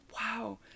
wow